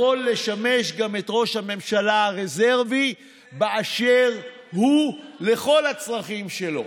יכול לשמש גם את ראש הממשלה הרזרבי באשר הוא לכל הצרכים שלו.